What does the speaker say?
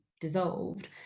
dissolved